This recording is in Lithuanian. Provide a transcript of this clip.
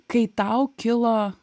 kai tau kilo